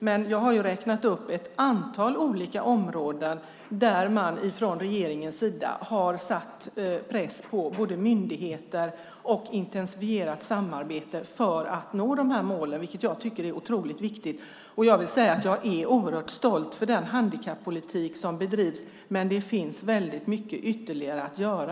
Men jag har räknat upp ett antal olika områden där regeringen har satt press på myndigheter och intensifierat samarbetet för att nå de här målen, vilket jag tycker är otroligt viktigt. Och jag vill säga att jag är oerhört stolt över den handikappolitik som bedrivs, men det finns väldigt mycket ytterligare att göra.